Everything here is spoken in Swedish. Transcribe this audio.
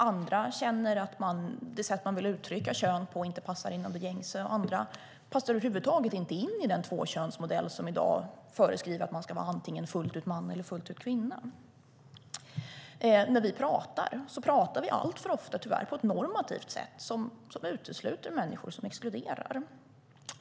Andra känner att det sätt de vill uttrycka kön på inte passa in i det gängse sättet. Ytterligare en del passar över huvud taget in i den tvåkönsmodell som i dag föreskriver att man ska vara antingen fullt ut man eller fullt ut kvinna. Vi talar tyvärr alltför ofta på ett normativt sätt som utesluter människor, som exkluderar.